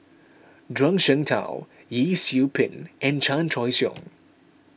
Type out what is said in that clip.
Zhuang Shengtao Yee Siew Pun and Chan Choy Siong